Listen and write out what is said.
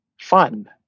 fun